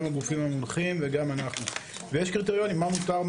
גם הגופים המומחים וגם אנחנו ויש קריטריונים מה מותר,